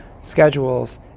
schedules